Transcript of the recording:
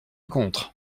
contre